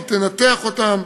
היא תנתח אותם,